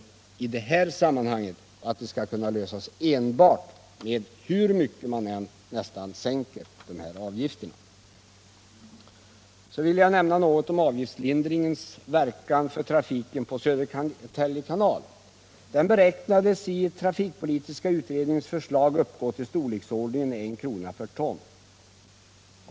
Hur mycket man än sänker de här avgifterna kan inte enbart en sådan sänkning lösa de här problemen. Sedan vill jag nämna något om avgiftslindringens verkan för trafiken på Södertälje kanal. Den beräknades i trafikpolitiska utredningens förslag uppgå till storleksordningen 1 kr./ton.